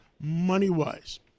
money-wise